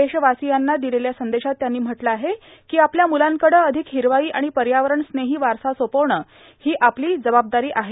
देशवासियांना दिलेल्या संदेशात त्यांनी म्हटलं आहे की आपल्या मुलांकडे अधिक हिरवाई आणि पर्यावरणस्नेष्ठी वारसा सोपवणं क्षी आपली जबाबदारी आहे